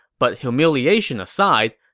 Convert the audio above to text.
but humiliation aside,